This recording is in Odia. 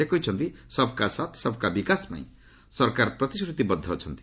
ସେ କହିଛନ୍ତି ସବ୍କା ସାଥ୍ ସବ୍କା ବିକାଶ ପାଇଁ ସରକାର ପ୍ରତିଶ୍ରତିବଦ୍ଧ ଅଛନ୍ତି